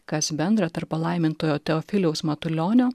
kas bendra tarp palaimintojo teofiliaus matulionio